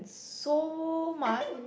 so much